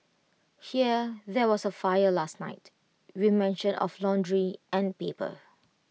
hear there was A fire last night with mention of laundry and paper